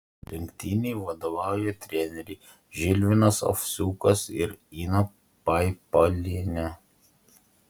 rinktinei vadovauja treneriai žilvinas ovsiukas ir ina paipalienė